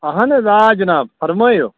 اَہَن حظ آ جناب فرمٲوِو